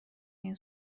این